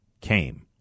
came